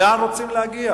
לאן רוצים להגיע?